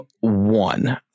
one